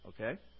Okay